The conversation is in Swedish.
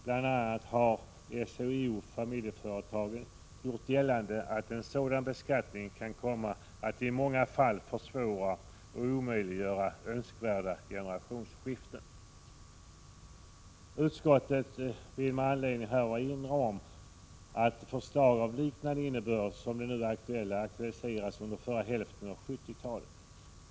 Bl.a. har SHIO-Familjeföretagen gjort gällande att en sådan beskattning kan komma att i många fall försvåra eller omöjliggöra önskvärda generationsskiften. Utskottet vill med anledning härav erinra om att förslag av liknande innebörd som det nu aktuella aktualiserades under förra hälften av 1970 talet.